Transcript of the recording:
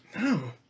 No